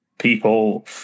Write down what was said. people